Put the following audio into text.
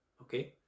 okay